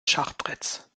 schachbretts